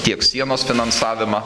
tiek sienos finansavimą